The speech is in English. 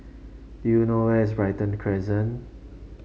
do you know where is Brighton Crescent